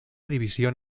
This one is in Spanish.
división